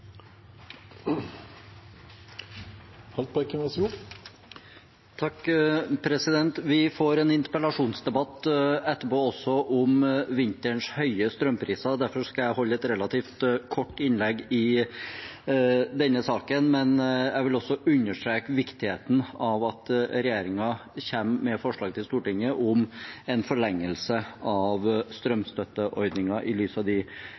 Vi får en interpellasjonsdebatt om vinterens høye strømpriser etterpå. Derfor skal jeg holde et relativt kort innlegg i denne saken, men jeg vil også understreke viktigheten av at regjeringen kommer til Stortinget med forslag om en forlengelse av strømstøtteordningen i lys av de